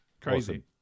Crazy